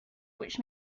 which